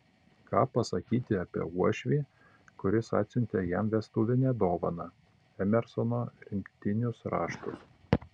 ką pasakyti apie uošvį kuris atsiuntė jam vestuvinę dovaną emersono rinktinius raštus